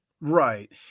Right